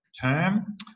term